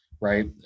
right